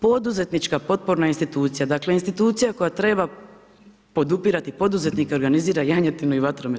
Poduzetnička potporna institucija, dakle, institucija, koja treba podupirati poduzetnike, organizira janjetinu i vatromet.